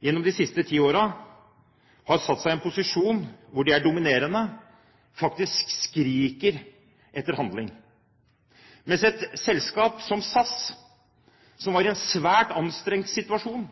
gjennom de siste ti årene, et selskap som har inntatt en dominerende posisjon, skriker Fremskrittspartiet etter handling, mens et selskap som SAS, som var i en svært anstrengt situasjon,